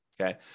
okay